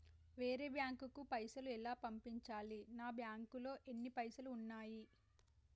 వేరే బ్యాంకుకు పైసలు ఎలా పంపించాలి? నా బ్యాంకులో ఎన్ని పైసలు ఉన్నాయి?